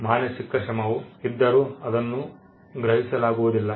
ಮಾನಸಿಕ ಶ್ರಮವು ಇದ್ದರೂ ಅದನ್ನು ಗ್ರಹಿಸಲಾಗುವುದಿಲ್ಲ